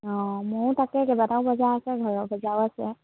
অঁ ময়ো তাকে কেইবাটাও বজাৰ আছে ঘৰৰ বজাৰ আছে